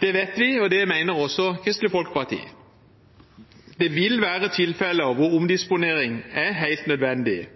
vet vi – og det mener også Kristelig Folkeparti. Det vil være tilfeller hvor omdisponering er helt nødvendig,